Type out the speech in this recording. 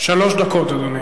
שלוש דקות, אדוני.